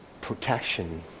protection